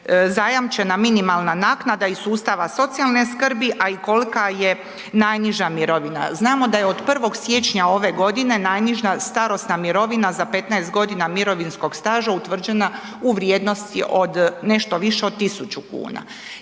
zajamčena minimalna naknada iz sustava socijalne skrbi, a i kolika je najniža mirovina. Znamo da je od 1. siječnja ove godine najniža starosna mirovina za 15.g. mirovinskog staža utvrđena u vrijednosti od nešto više od 1.000,00 kn.